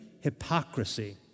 hypocrisy